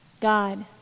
God